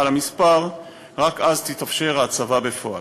רק אז תתאפשר ההצבה בפועל.